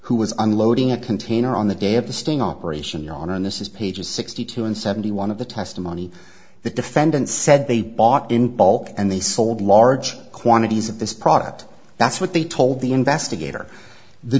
who was unloading a container on the day of the sting operation on and this is pages sixty two and seventy one of the testimony the defendant said they bought in bulk and they sold large quantities of this product that's what they told the investigator the